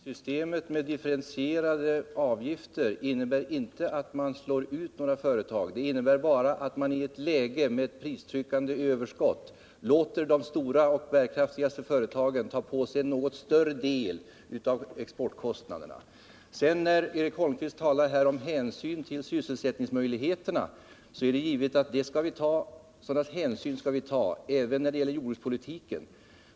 Herr talman! Systemet med differentierade avgifter innebär inte att man slår ut några företag. Det innebär bara att man i ett läge med ett pristryckande överskott låter de största och bärkraftigaste företagen ta på sig en något större del av exportkostnaderna. Eric Holmqvist talar om hänsyn till sysselsättningsmöjligheterna — och det är givet att vi skall ta sådana hänsyn när det gäller jordbrukspolitiken.